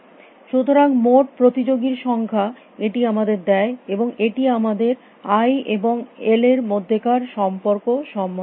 সুতরাং মোট প্রতিযোগীর সংখ্যা এটি আমাদের দেয় এবং এটি আমাদের আই এবং এল এর মধ্যেকার সম্পর্ক সম্বন্ধে জানায়